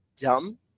dumb